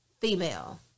female